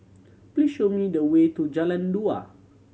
please show me the way to Jalan Dua